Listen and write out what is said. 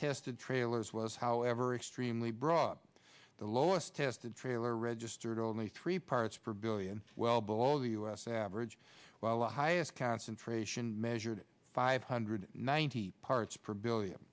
tested trailers was however extremely broad the lowest tested trailer registered only three parts per billion well below the u s average while a highest concentration measured five hundred ninety parts per billion